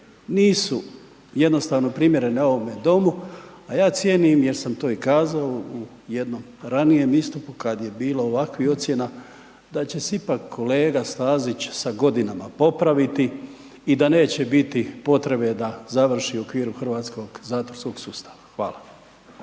nisu jednostavno primjerene ovome domu, a ja cijenim jer sam to i kazao u jednom ranijem istupu kad je bilo ovakvih ocjena da će se ipak kolega Stazić sa godinama popraviti i da neće biti potrebe da završi u okviru hrvatskog zatvorskog sustava. Hvala.